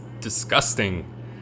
disgusting